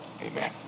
Amen